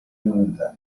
humilitat